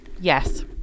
Yes